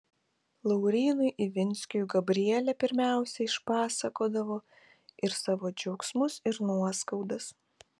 laurynui ivinskiui gabrielė pirmiausia išpasakodavo ir savo džiaugsmus ir nuoskaudas